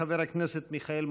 חבר הכנסת מיכאל מלכיאלי,